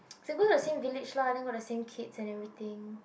they go the same village lah then got the same kids and everything